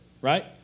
right